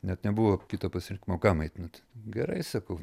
net nebuvo kito pasirinkimo kam eit nu tai gerai sakau